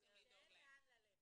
שאין לאן ללכת.